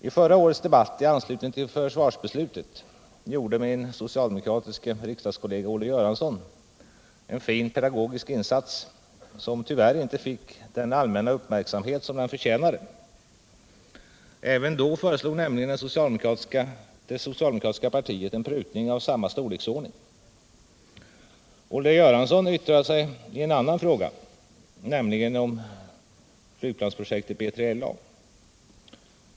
I förra årets debatt i anslutning till försvarbeslutet gjorde min socialdemokratiske riksdagskollega Olle Göransson en fin pedagogisk insats, som tyvärr inte fick den allmänna uppmärksamhet som den förtjänade. Även då föreslog nämligen det socialdemokratiska partiet en prutning av samma storleksordning. Olle Göransson yttrade sig i en annan fråga, nämligen om flygplansprojektet B3LA.